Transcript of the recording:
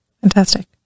Fantastic